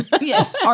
yes